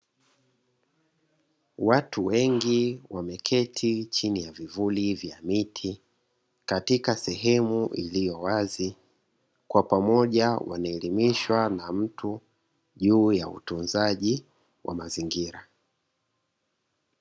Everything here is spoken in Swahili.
Watu wengi wameketi chini ya vivuli vya miti, katika sehemu iliyo wazi kwa pamoja wanaelimishwa na mtu juu ya utunzaji wa mazingira.